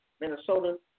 Minnesota